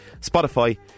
Spotify